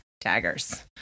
daggers